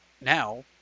now